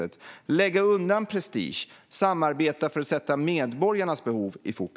Det handlar om att lägga undan all prestige och samarbeta för att sätta medborgarnas behov i fokus.